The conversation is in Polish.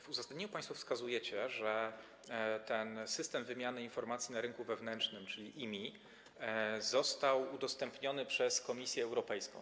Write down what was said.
W uzasadnieniu państwo wskazujecie, że ten System Wymiany Informacji o Rynku Wewnętrznym, czyli IMI, został udostępniony przez Komisję Europejską.